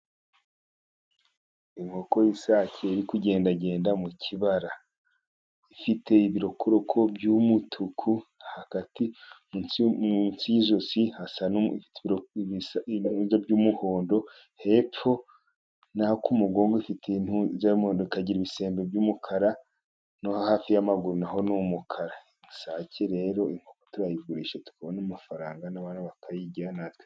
Inkoko y'Isake iri kugendagenda mu kibara, ifite ibirokoroko by'umutuku hagati munsi y'ijosi hasa n'intuza by'umuhondo hepfo no ku mugongo ifite intuza y'umuhondo, ikagira ibisembe by'umukara no hafi y'amaguru naho ni umukara Isake rero, turayigurisha tukabona amafaranga n'Abana bakayirya,.......